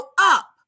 up